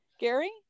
Gary